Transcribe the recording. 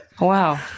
Wow